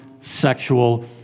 sexual